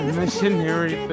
missionary